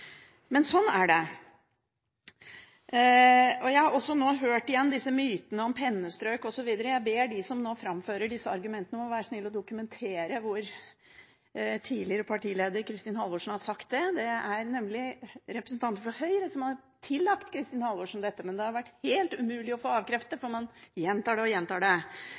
men sånn er det. Jeg har også igjen hørt disse mytene om «pennestrøk» osv. Jeg ber dem som nå framfører disse argumentene, om å være så snill å dokumentere hvor tidligere partileder Kristin Halvorsen har sagt det. Det er nemlig representanter fra Høyre som har tillagt Kristin Halvorsen dette, men det har vært helt umulig å få avkreftet det, for man gjentar det stadig. Det er imidlertid en kjempeviktig oppgave, og